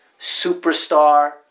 superstar